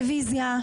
רביזיה.